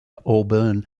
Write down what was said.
auburn